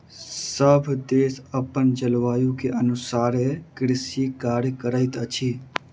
सभ देश अपन जलवायु के अनुसारे कृषि कार्य करैत अछि